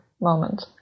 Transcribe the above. moment